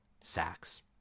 sacks